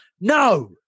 no